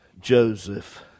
Joseph